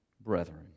brethren